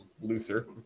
looser